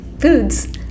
Foods